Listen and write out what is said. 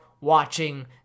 watching